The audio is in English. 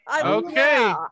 Okay